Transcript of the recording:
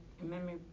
memory